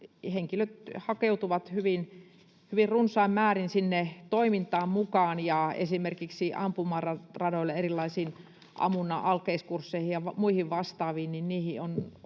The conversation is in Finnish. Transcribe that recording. henkilöt hakeutuvat hyvin runsain määrin toimintaan mukaan ja esimerkiksi ampumaradoille, erilaisiin ammunnan alkeiskursseihin ja muihin vastaaviin